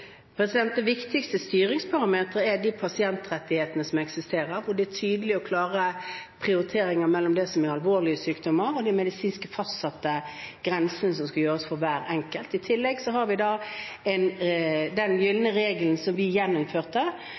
Det viktigste styringsbarometeret er de pasientrettighetene som eksisterer, hvor det er tydelige og klare prioriteringer mellom det som er alvorlige sykdommer, og de medisinsk fastsatte grensene som skal gjøres for hver enkelt. I tillegg har vi den gylne regelen, som vi